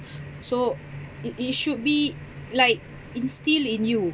so it it should be like instilled in you